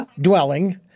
dwelling